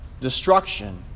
destruction